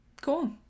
Cool